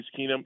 Keenum